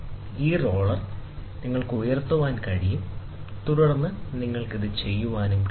ഈ റോളർ നിങ്ങൾക്ക് അത് ഉയർത്താൻ കഴിയും തുടർന്ന് നിങ്ങൾക്ക് ചെയ്യാൻ കഴിയും